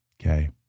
Okay